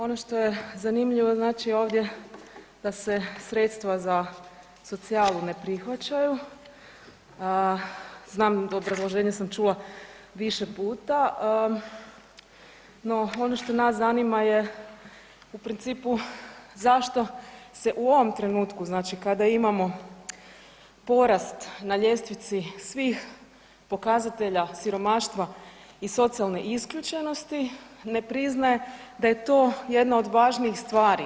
Ono što je zanimljivo ovdje da se sredstva za socijalu ne prihvaćaju, a znam da obrazloženje sam čula više puta, no ono što nas zanima je u principu zašto se u ovom trenutku kada imamo porast na ljestvici svih pokazatelja siromaštva i socijalne isključenosti ne priznaje da je to jedna od važnijih stvari.